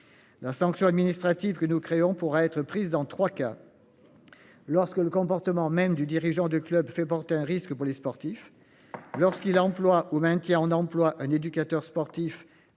La sanction administrative que nous créons pourraient être prises dans 3 cas. Lorsque le comportement même du dirigeant de club fait porter un risque pour les sportifs lorsqu'il emploie au maintien en emploi un éducateur sportif,